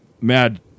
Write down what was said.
Mad